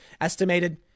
estimated